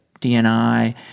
DNI